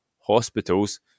hospitals